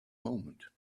moment